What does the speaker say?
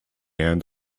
end